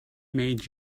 made